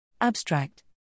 ABSTRACT